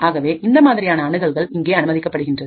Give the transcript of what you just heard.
ஆகவே இந்த மாதிரியான அணுகல்கள்இங்கே அனுமதிக்கப்படுகின்றது